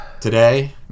Today